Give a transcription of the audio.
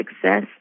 success